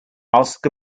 asked